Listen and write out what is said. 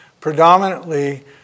Predominantly